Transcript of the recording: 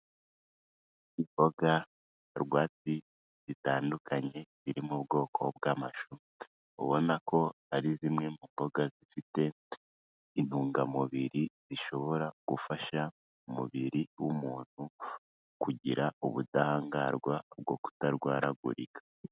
Imbogarwatsi zitandukanye ziri mu bwoko bw'amashu, ubona ko ari zimwe mu mboga zifite intungamubiri zishobora gufasha umubiri w'umuntu kugira ubudahangarwa bwo kutarwaragurika.